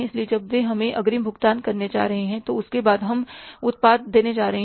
इसलिए जब वे हमें अग्रिम भुगतान करने जा रहे हैं उसके बाद हम उत्पाद देने जा रहे हैं